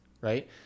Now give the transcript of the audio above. right